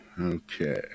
Okay